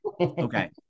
okay